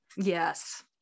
Yes